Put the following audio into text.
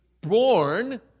born